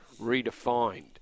Redefined